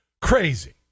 Crazy